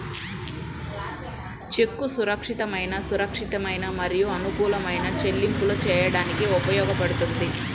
చెక్కు సురక్షితమైన, సురక్షితమైన మరియు అనుకూలమైన చెల్లింపులు చేయడానికి ఉపయోగించబడుతుంది